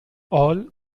all